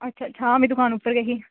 अच्छा अच्छा में दुकान उप्पर गै ऐही